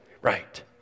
Right